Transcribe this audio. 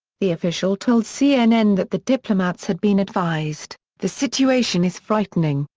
the official told cnn that the diplomats had been advised, the situation is frightening,